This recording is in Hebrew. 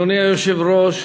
אדוני היושב-ראש,